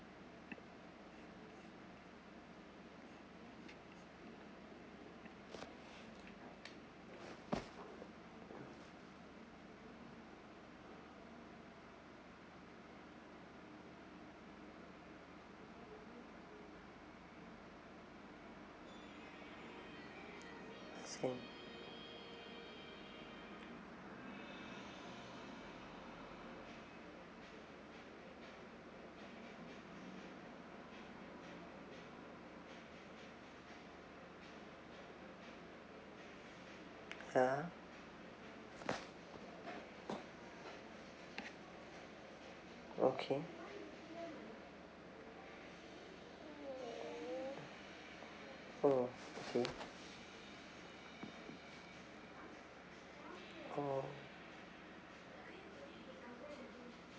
I see ya okay oh okay oh